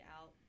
out